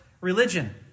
religion